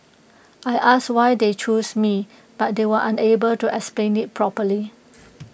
I asked why they chose me but they were unable to explain IT properly